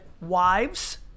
wives